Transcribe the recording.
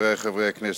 חברי חברי הכנסת,